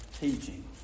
teaching